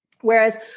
Whereas